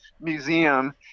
museum